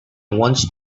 once